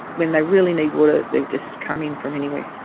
when they really need water, they have just come in from anywhere.